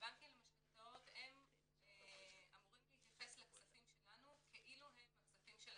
הבנקים למשכנתאות אמורים להתייחס לכספים שלנו כאילו הם הכספים שלהם.